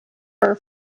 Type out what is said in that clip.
her